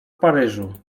paryżu